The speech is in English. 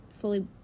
fully